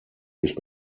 bis